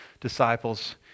disciples